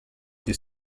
des